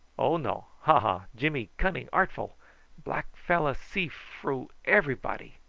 oh, no! ha! ha! jimmy cunning-artful black fellow see froo everybody.